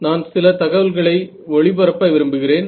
நான் சில தகவல்களை ஒளிபரப்ப விரும்புகிறேன்